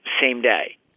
same-day